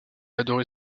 adoré